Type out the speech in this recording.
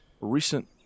recent